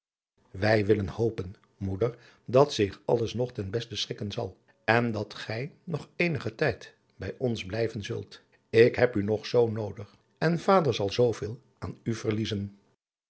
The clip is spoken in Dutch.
wij willen hopen moeder dat zich alles nog ten beste schikken zal en dat gij nog eenigen tijd bij ons blijven zult ik heb u nog zoo noodig en vader zal zooveel aan u verliezen